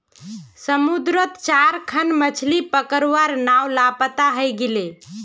समुद्रत चार खन मछ्ली पकड़वार नाव लापता हई गेले